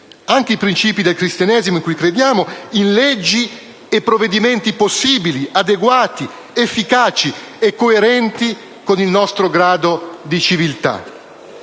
anche i principi del cristianesimo in cui crediamo, in leggi e provvedimenti possibili, adeguati, efficaci e coerenti con il nostro grado di civiltà.